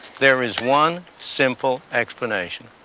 there is one simple explanation.